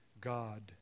God